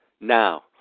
Now